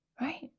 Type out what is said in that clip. right